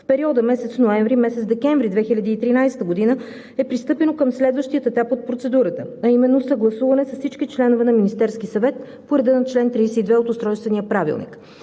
в периода месец ноември – месец декември 2013 г., е пристъпено към следващия етап от процедурата, а именно съгласуване с всички членове на Министерския съвет по реда на чл. 32 от Устройствения правилник.